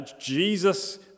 Jesus